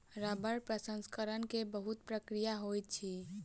रबड़ प्रसंस्करण के बहुत प्रक्रिया होइत अछि